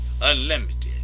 unlimited